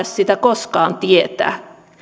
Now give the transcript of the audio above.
sitä koskaan tietää